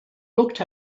looked